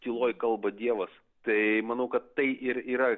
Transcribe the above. tyloj kalba dievas tai manau kad tai ir yra